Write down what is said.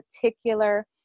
particular